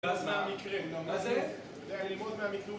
אז מה המקרים? מה זה? אתה יודע ללמוד